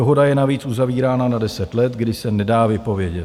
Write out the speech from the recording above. Dohoda je navíc uzavírána na 10 let, kdy se nedá vypovědět.